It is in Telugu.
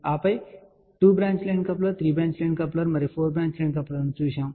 ఆపై మనము 2 branch line coupler 3 branch line couplers మరియు 4 బ్రాంచ్ లైన్ కప్లర్లను చూశాము